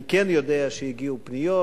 אני כן יודע שהגיעו פניות.